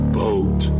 boat